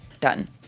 done